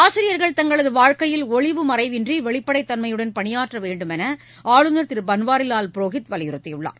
ஆசிரியர்கள் தங்களது வாழ்க்கையில் ஒளிவுமறைவின்றி வெளிப்படைத் தன்மையுடன் பணியாற்ற வேண்டுமென ஆளுநர் திரு பன்வாரிலால் புரோஹித் வலியுறுத்தியுள்ளார்